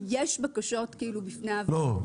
יש בקשות בפני הוועדה --- לא,